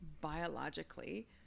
biologically